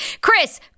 Chris